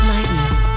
Lightness